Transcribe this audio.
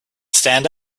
stand